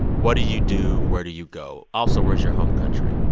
what do you do? where do you go? also where's your home country?